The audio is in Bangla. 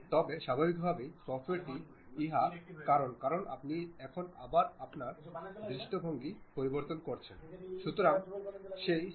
তারপরে এক্সট্রুড কাটে যান যে কাটা দিক প্রদর্শন করে তা বস্তু থেকে দূরে সরানোর কিছুই নেই